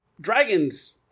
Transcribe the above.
Dragons